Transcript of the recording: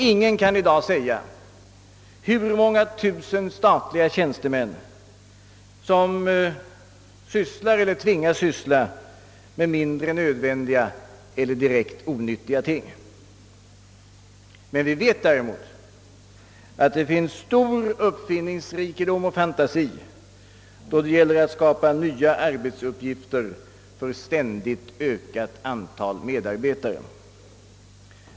Ingen kan i dag säga hur många tusen statliga tjänstemän som sysslar med mindre nödvändiga eller direkt onyttiga ting. Men vi vet att det finns stor uppfinningsrikedom och fantasi när det gäller att skapa nya arbetsuppgifter för ett ständigt ökat antal medarbetare.